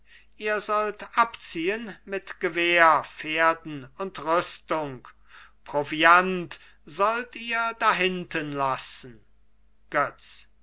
ihr sollt abziehen mit gewehr pferden und rüstung proviant sollt ihr dahintenlassen götz